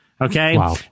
Okay